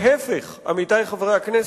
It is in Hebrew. להיפך, עמיתי חברי הכנסת,